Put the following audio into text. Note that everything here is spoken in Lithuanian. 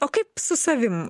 o kaip su savim